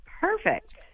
perfect